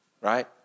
right